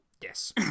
yes